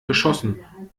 geschossen